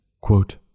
quote